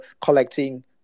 collecting